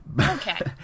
Okay